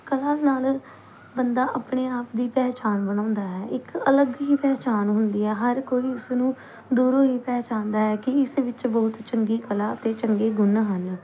ਕਲਾ ਨਾਲ ਬੰਦਾ ਆਪਣੇ ਆਪ ਦੀ ਪਹਿਚਾਣ ਬਣਾਉਂਦਾ ਹੈ ਇੱਕ ਅਲੱਗ ਹੀ ਪਹਿਚਾਣ ਹੁੰਦੀ ਹੈ ਹਰ ਕੋਈ ਉਸਨੂੰ ਦੂਰੋਂ ਹੀ ਪਹਿਚਾਣਦਾ ਹੈ ਕਿ ਇਸ ਵਿੱਚ ਬਹੁਤ ਚੰਗੀ ਕਲਾ ਅਤੇ ਚੰਗੇ ਗੁਣ ਹਨ